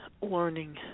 learning